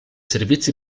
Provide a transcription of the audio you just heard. servizi